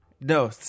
No